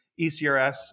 ECRS